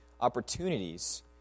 opportunities